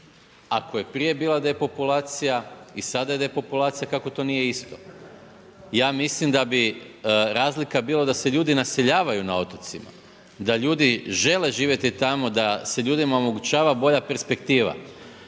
Ako je prije bila depopulacija i sada je depopulacija, kako to nije isto? Ja mislim da bi razlika bila da ljudi naseljavaju na otocima, da ljudi žele živjeti tamo, da se ljudima omogućava bolja perspektiva.